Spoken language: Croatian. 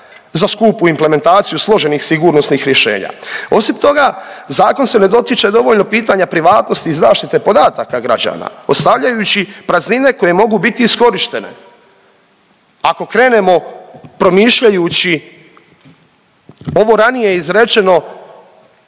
za skupu implementaciju složenih sigurnosnih rješenja. Osim toga, zakon se ne dotiče dovoljno pitanja privatnosti i zaštite podataka građana ostavljajući praznine koje mogu biti iskorištene. Ako krenemo promišljajući ovo ranije izrečeno